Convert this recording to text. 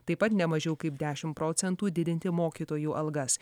taip pat nemažiau kaip dešim procentų didinti mokytojų algas